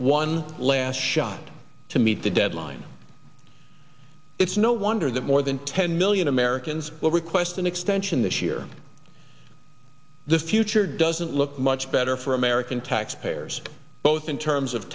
one last shot to meet the deadline it's no wonder that more than ten million americans will request an extension this year the future doesn't look much better for american tag spares both in terms of